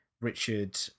Richard